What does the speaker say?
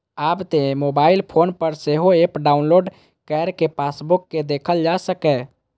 आब तं mobile phone पर सेहो एप डाउलोड कैर कें पासबुक कें देखल जा सकैए